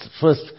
first